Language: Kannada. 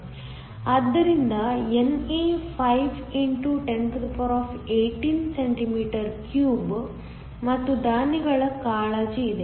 ಆದ್ದರಿಂದ NA 5 x 1018cm 3 ಮತ್ತು ದಾನಿಗಳ ಕಾಳಜಿ ಇದೆ